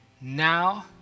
now